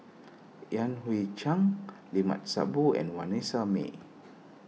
Yan Hui Chang Limat Sabtu and Vanessa Mae